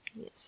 Yes